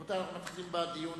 אנחנו מתחילים בדיון